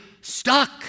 stuck